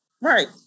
Right